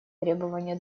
требования